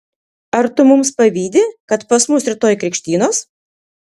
ar tu mums pavydi kad pas mus rytoj krikštynos